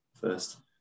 first